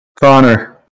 Connor